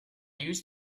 used